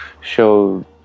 show